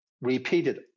repeated